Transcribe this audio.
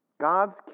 God's